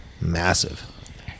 massive